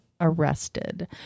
arrested